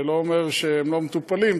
זה לא אומר שהם לא מטופלים,